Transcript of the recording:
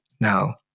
Now